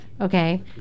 Okay